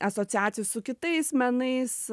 asociacijų su kitais menais